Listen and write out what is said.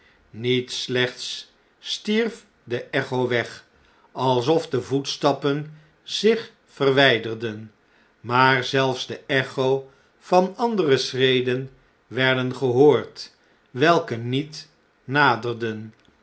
met slechts stierf de echo weg alsof de voetstappen zich verwjjderden maar zelfs de echo van andere schreden werd gehoord welke niet naderden